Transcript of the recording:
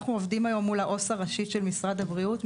אנחנו עובדים היום מול העו"ס הראשית של משרד הבריאות.